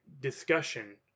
discussion